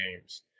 games